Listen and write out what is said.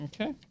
Okay